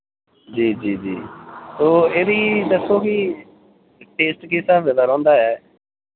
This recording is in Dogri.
जी जी जी ओह् एह् बी दस्सो कि टेस्ट किस स्हाबे दा रोह्नदा ऐ